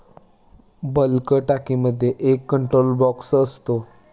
bulk टाकीमध्ये एक control box असतो